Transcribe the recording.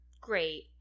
Great